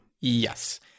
Yes